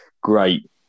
great